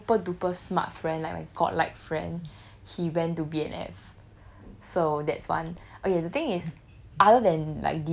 okay my super duper smart friend like me god like friend he went to B&F so that's one okay the thing is